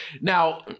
Now